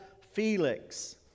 Felix